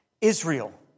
Israel